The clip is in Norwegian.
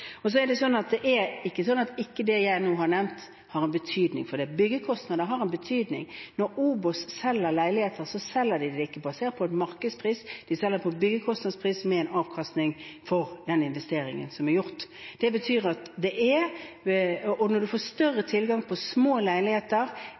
Så er det ikke sånn at det jeg har nevnt, ikke har en betydning, for byggekostnader har en betydning. Når OBOS selger leiligheter, selger de dem ikke basert på markedspris, de selger basert på byggekostnadspris, med en avkastning for den investeringen som er gjort. Og når man får større tilgang på små leiligheter i områder hvor det er